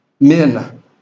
men